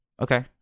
Okay